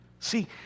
See